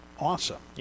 awesome